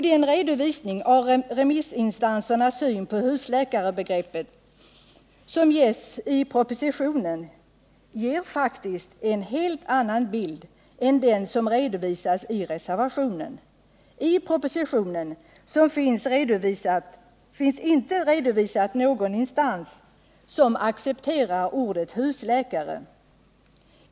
Den redovisning av remissinstansernas syn på husläkarbegreppet som görs i propositionen ger faktiskt en helt annan bild än den som redovisas i reservationen. I propositionen finns inte redovisad någon instans som accepterar ordet husläkare.